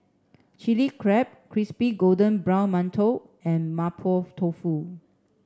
chili crab crispy golden brown mantou and Mapo Tofu